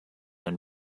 and